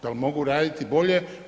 Da li mogu raditi bolje?